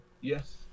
yes